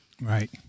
Right